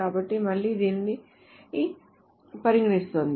కాబట్టి మళ్ళీ ఇది దీనిని పరిగణిస్తోంది